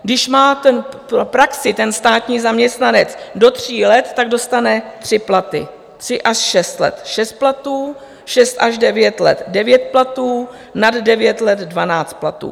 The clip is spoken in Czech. Když má praxi, ten státní zaměstnanec, do tří let, tak dostane tři platy, tři až šest let šest platů, šest až devět let devět platů, nad devět let dvanáct platů.